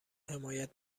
حمایت